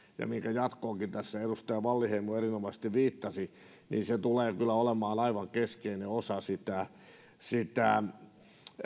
ja joiden jatkoonkin tässä edustaja wallinheimo erinomaisesti viittasi tulevat kyllä olemaan aivan keskeinen osa sitä